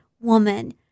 woman